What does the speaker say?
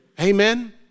Amen